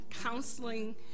counseling